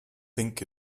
think